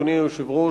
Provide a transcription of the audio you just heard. אדוני היושב-ראש,